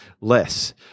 less